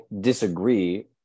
disagree